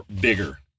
bigger